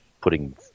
putting